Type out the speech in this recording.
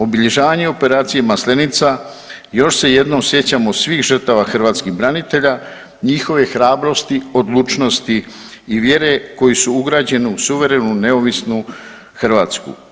Obilježavanje operacije Maslenica još se jednom sjećamo svih žrtava hrvatskih branitelja, njihove hrabrosti, odlučnosti i vjere koji su ugrađeni u suverenu, neovisnu Hrvatsku.